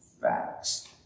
facts